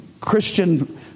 Christian